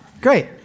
Great